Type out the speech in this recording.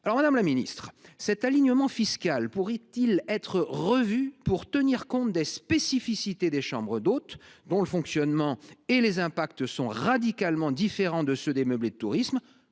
Madame la ministre, cet alignement fiscal pourrait il être revu pour tenir compte des spécificités des chambres d’hôtes, dont le fonctionnement et les retombées sont radicalement différents de ceux des meublés de tourisme ?